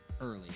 early